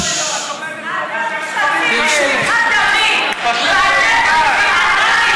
אתם משתתפים בשפיכת דמים,